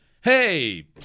Hey